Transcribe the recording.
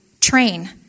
train